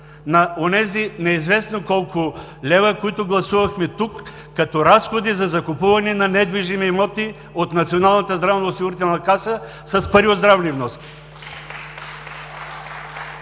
на онези неизвестно колко лева, които гласувахме тук като разходи за закупуване на недвижими имоти от Националната здравноосигурителна каса, с пари от здравни вноски.